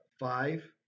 Five